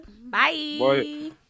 Bye